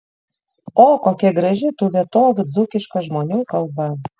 o kokia graži tų vietovių dzūkiška žmonių kalba